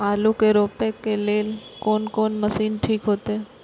आलू के रोपे के लेल कोन कोन मशीन ठीक होते?